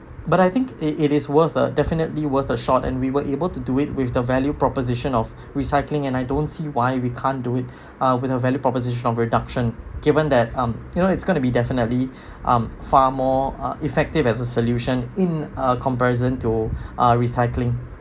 but I think it it is worth a definitely worth a shot and we were able to do it with the value proposition of recycling and I don't see why we can't do it uh with a value proposition of reduction given that um you know it's gonna be definitely um far more uh effective as a solution in uh comparison to uh recycling